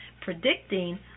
predicting